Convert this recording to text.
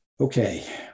Okay